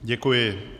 Děkuji.